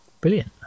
brilliant